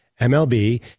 MLB